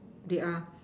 they are